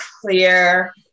clear